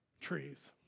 trees